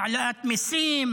העלאת מיסים,